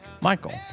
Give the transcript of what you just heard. Michael